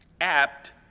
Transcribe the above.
apt